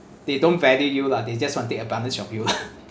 they don't value you lah they just want take advantage of you